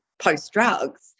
post-drugs